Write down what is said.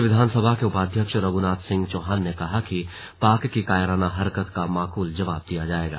राज्य विधानसभा के उपाध्यक्ष रघ्नाथ सिंह चौहान ने कहा कि पाक की कायराना हरकत का माकूल जवाब दिया जायेगा